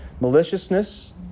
maliciousness